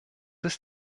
ist